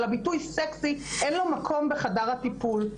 אבל הביטוי 'סקסי' אין לו מקום בחדר הטיפול.